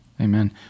Amen